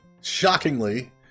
shockingly